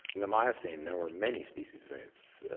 in the miocene there were many species of apes,